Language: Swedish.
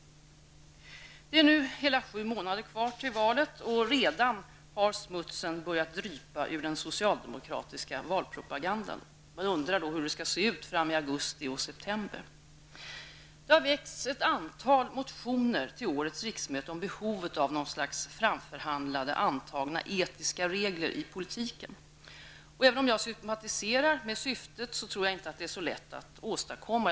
Det är nu hela sju månader kvar till valet och redan har smutsen börjat drypa ur den socialdemokratiska valpropagandan. Jag undrar hur det skall se ut fram i augusti och september. Det har väckts ett antal motioner till årets riksmöte om behovet av något slags framförhandlade antagna etiska regler i politiken. Även om jag sympatiserar med syftet tror jag inte att det är så lätt att åstadkomma någonting.